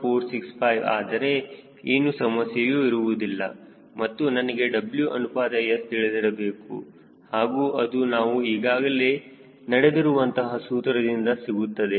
465 ಆದರೆ ಏನು ಸಮಸ್ಯೆಯೂ ಇರುವುದಿಲ್ಲ ಮತ್ತು ನನಗೆ W ಅನುಪಾತ S ತಿಳಿದಿರಬೇಕು ಹಾಗೂ ಅದು ನಾವು ಈಗಾಗಲೇ ನಡೆದಿರುವಂತಹ ಸೂತ್ರದಿಂದ ಸಿಗುತ್ತದೆ